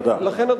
ולכן,